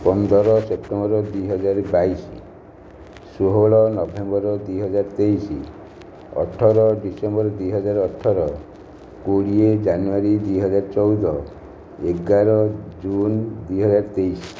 ପନ୍ଦର ସେପ୍ଟେମ୍ବର ଦୁଇହଜାର ବାଇଶ ଷୋହଳ ନଭେମ୍ବର ଦୁଇ ହଜାର ତେଇଶ ଅଠର ଡିସେମ୍ବର ଦୁଇହଜାର ଅଠର କୋଡ଼ିଏ ଜାନୁଆରୀ ଦୁଇ ହଜାର ଚଉଦ ଏଗାର ଜୁନ ଦୁଇ ହଜାର ତେଇଶ